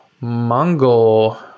Mongol